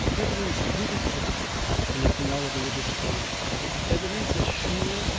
evidence did exist connecting oliver with this crime evidence as sure,